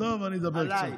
טוב, אני אדבר קצת.